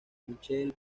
michelle